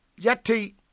Yeti